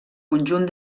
conjunt